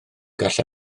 gall